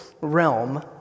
realm